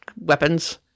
weapons